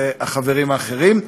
והחברים האחרים.